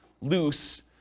loose